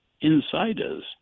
insiders